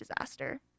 disaster